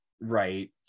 right